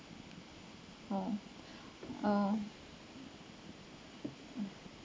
uh uh